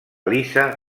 lisa